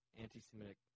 anti-Semitic